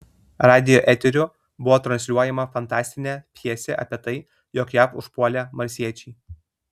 radijo eteriu buvo transliuojama fantastinė pjesė apie tai jog jav užpuolė marsiečiai